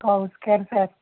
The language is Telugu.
గౌస్ గారు సార్